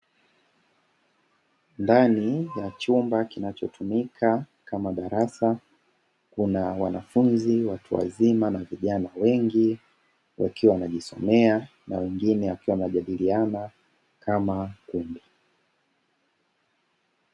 Ndani ya chumba kinachotumika kama darasa kuna wanafunzi watu wazima na vijana wengi wakiwa wanajisomea na wengine wakiwa wanajadiliana kama kundi.